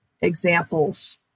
examples